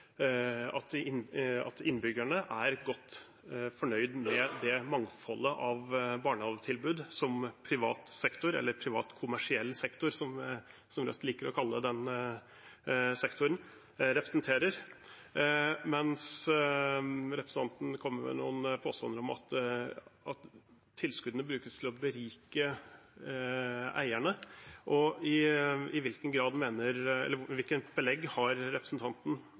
innbyggerne er godt fornøyd med det mangfoldet av barnehagetilbud som privat sektor – eller privat kommersiell sektor, som Rødt liker å kalle den sektoren – representerer. Representanten kom med noen påstander om at tilskuddene brukes til å berike eierne.